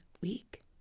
week